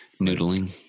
Noodling